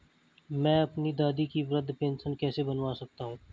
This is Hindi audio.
मैं अपनी दादी की वृद्ध पेंशन कैसे बनवा सकता हूँ?